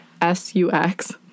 S-U-X